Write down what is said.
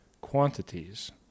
quantities